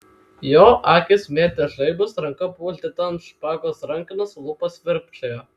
jo akys mėtė žaibus ranka buvo uždėta ant špagos rankenos lūpos virpčiojo